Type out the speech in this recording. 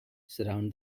surround